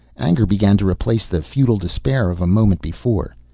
anger began to replace the futile despair of a moment before.